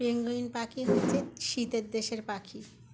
penguin পাখি হচ্ছে শীতের দেশের পাখি